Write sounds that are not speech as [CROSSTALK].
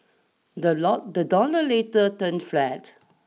the [UNINTELLIGIBLE] dollar later turned flat